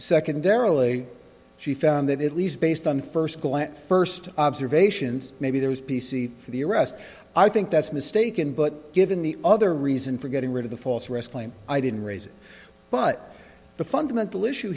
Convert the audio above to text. secondarily she found that it least based on first glance first observations maybe there was p c for the arrest i think that's mistaken but given the other reason for getting rid of the false arrest claim i didn't raise it but the fundamental issue